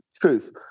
truth